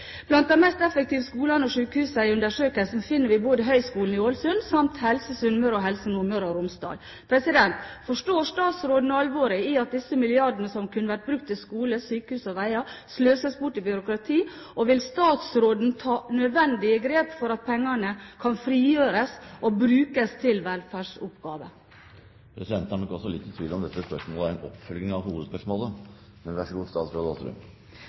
Blant de mest effektive skolene og sykehusene i undersøkelsen finner vi Høgskolen i Ålesund samt Helse Sunnmøre og Helse Nordmøre og Romsdal. Forstår statsråden alvoret i at disse milliardene som kunne vært brukt til skoler, sykehus og veier, sløses bort i byråkrati, og vil statsråden ta nødvendige grep for at pengene kan frigjøres og brukes til velferdsoppgaver? Presidenten er nok også litt i tvil om dette spørsmålet var en oppfølging av hovedspørsmålet, men vær så god, statsråd Aasrud.